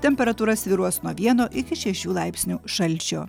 temperatūra svyruos nuo vieno iki šešių laipsnių šalčio